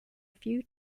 few